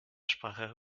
sprache